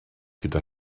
gyda